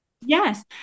Yes